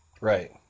Right